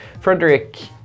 Frederick